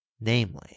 namely